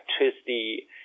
electricity